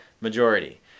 majority